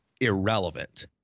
irrelevant